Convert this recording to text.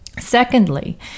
Secondly